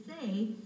say